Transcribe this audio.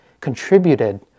contributed